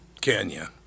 Kenya